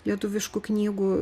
lietuviškų knygų